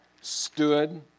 stood